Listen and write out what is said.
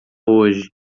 hoje